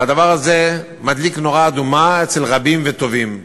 והדבר הזה מדליק נורה אדומה אצל רבים וטובים.